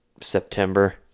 september